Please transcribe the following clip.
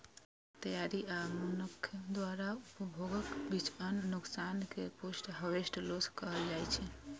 फसल तैयारी आ मनुक्ख द्वारा उपभोगक बीच अन्न नुकसान कें पोस्ट हार्वेस्ट लॉस कहल जाइ छै